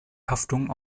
haftung